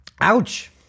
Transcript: Ouch